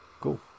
Cool